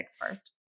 first